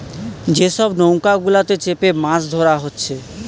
যে সব নৌকা গুলাতে চেপে মাছ ধোরা হচ্ছে